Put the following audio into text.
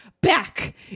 back